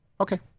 Okay